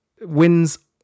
wins